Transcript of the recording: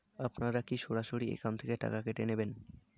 আপনারা কী সরাসরি একাউন্ট থেকে টাকা কেটে নেবেন?